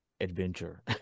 adventure